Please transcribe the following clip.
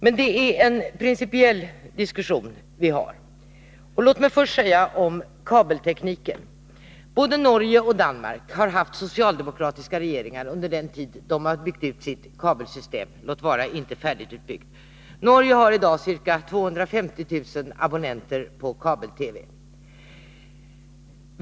Men det är en principiell diskussion vi för, och låt mig börja med kabeltekniken. Både Norge och Danmark har haft socialdemokratiska regeringar under den tid man byggt ut sitt kabelsystem, låt vara att det inte är färdigutbyggt. Norge har i dag ca 250 000 abonnenter på kabel-TV.